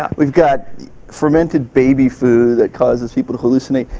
ah we've got fermented baby food that causes people to hallucinate.